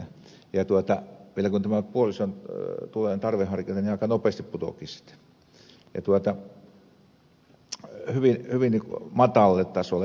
vielä kun on tämä puolison tulojen tarveharkinta niin aina nopeasti putoaakin hyvin matalalle tasolle